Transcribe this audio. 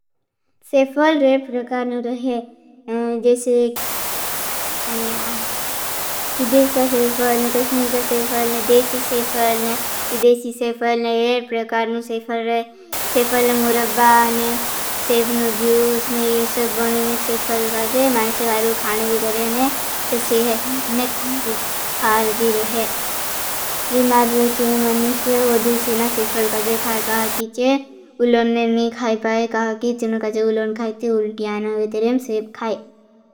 सेफल रहे प्रकारन रहे जैसे इजिप्त का सेफल कश्मील का सेफल। देशी सेफल, इदेशी सेफल, एर प्रकारन सेफल रहे। सेफल मुरबा सेफलनो जूस। ये सब बनने ने सेफल काजे मानसे बार। खाने भी जरेने सेफलने प्रकारन हार भी रहे। बिमार रहे मनुषे वदू सेना सेफल काजे खाई। कहाँ की चे उलोनने ने खाई पाए। कहाँ की चेन काजे उलोन खाईते उल्टी आना वे तरें सेफ खाई।